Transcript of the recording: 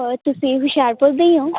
ਤੁਸੀਂ ਹੋਸ਼ਿਆਰਪੁਰ ਦੇ ਹੀ ਹੋ